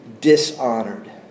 dishonored